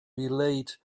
relate